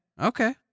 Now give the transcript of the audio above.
okay